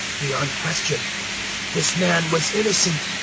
beyond question this man was innocent.